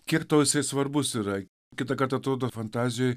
kek tau isai svarbus yra kitąkart atrodo fantazijoj